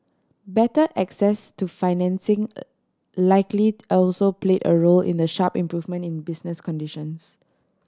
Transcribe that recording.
better access to financing likely also played a role in the sharp improvement in business conditions